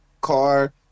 car